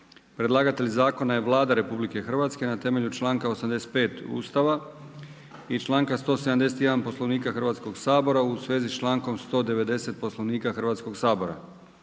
Predlagatelj Zakona je Vlada Republike Hrvatske na temelju članka 85. Ustava, članka 171. Poslovnika u vezi s člankom 190. Poslovnika Hrvatskoga sabora.